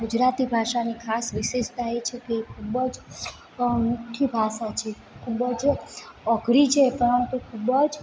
ગુજરાતી ભાષાની ખાસ વિશેષતા એ છે કે ખૂબ જ અનોખી ભાષા છે ખૂબ જ અધરી છે પણ પરંતુ ખૂબ જ